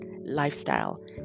lifestyle